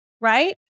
right